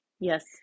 Yes